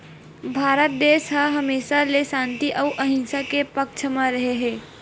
भारत देस ह हमेसा ले सांति अउ अहिंसा के पक्छ म रेहे हे